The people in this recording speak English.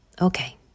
Okay